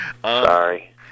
Sorry